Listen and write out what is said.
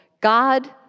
God